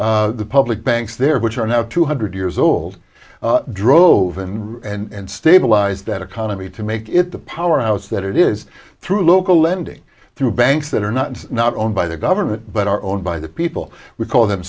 germany the public banks there which are now two hundred years old drove in and stabilize that economy to make it the powerhouse that it is through local lending through banks that are not not owned by the government but are owned by the people we call them